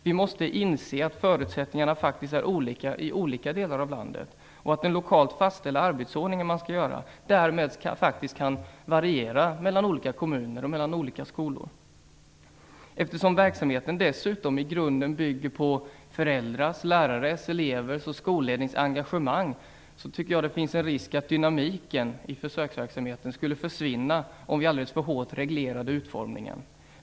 Vi måste inse att förutsättningarna faktiskt är olika i olika delar av landet och att den lokalt fastställda arbetsordning man skall göra därmed kan variera mellan olika kommuner och mellan olika skolor. Eftersom verksamheten dessutom i grunden bygger på föräldrars, lärares, elevers och skollednings engagemang tycker jag att det finns en risk att dynamiken i försöksverksamheten skulle försvinna om vi alldeles för hårt reglerade utformningen.